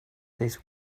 this